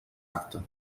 acte